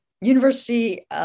University